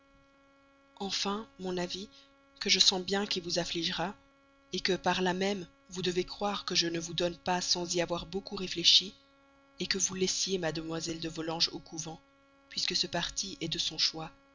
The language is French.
enfin mon avis que je sens bien qui vous affligera que par là même vous devez croire que je ne vous donne pas sans y avoir réfléchi est que vous laissiez mademoiselle de volanges au couvent puisque ce parti est de son choix